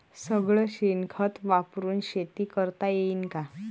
सगळं शेन खत वापरुन शेती करता येईन का?